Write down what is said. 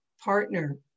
partner